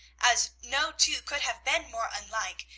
as no two could have been more unlike,